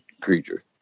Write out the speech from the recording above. creature